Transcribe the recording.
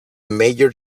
major